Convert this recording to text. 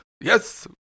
yes